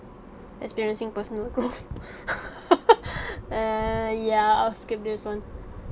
experiencing personal growth uh ya I'll skip this one